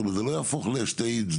זאת אומרת זה לא יהפוך לשתי צדדים.